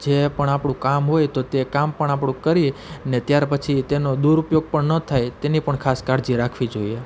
જે પણ આપણુ કામ હોય તો તે કામ પણ આપણુ કરી અને ત્યાર પછી તેનો દુરુપયોગ પણ ન થાય તેની પણ ખાસ કાળજી રાખવી જોઈએ